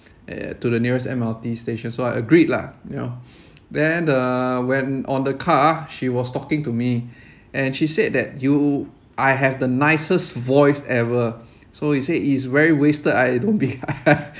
uh to the nearest M_R_T station so I agreed lah you know then the when on the car she was talking to me and she said that you I have the nicest voice ever so he said it's very wasted I don't be